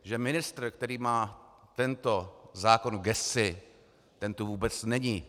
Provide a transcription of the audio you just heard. Že ministr, který má tento zákon v gesci, ten tu vůbec není.